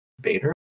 Bader